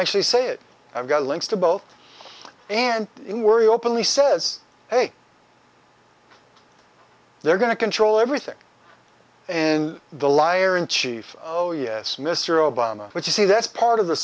actually say it i've got links to both and in worry openly says hey they're going to control everything and the liar in chief oh yes mr obama which you see that's part of the